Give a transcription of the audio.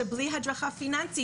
שבלי הדרכה פיננסית,